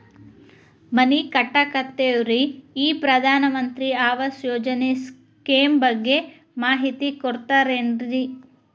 ಮನಿ ಕಟ್ಟಕತೇವಿ ರಿ ಈ ಪ್ರಧಾನ ಮಂತ್ರಿ ಆವಾಸ್ ಯೋಜನೆ ಸ್ಕೇಮ್ ಬಗ್ಗೆ ಮಾಹಿತಿ ಕೊಡ್ತೇರೆನ್ರಿ?